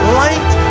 light